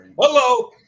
Hello